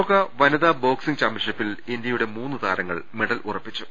ലോക വനിതാ ബോക്സിങ്ങ് ചാമ്പ്യൻഷിപ്പിൽ ഇന്ത്യയുടെ മൂന്ന് താരങ്ങൾ മെഡൽ ഉറപ്പിച്ചു